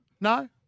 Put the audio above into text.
No